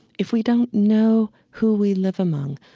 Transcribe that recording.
if we don't know who we live among,